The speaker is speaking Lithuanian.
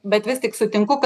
bet vis tik sutinku kad